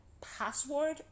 password